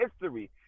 history